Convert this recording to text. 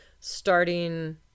starting